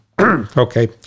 okay